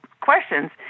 questions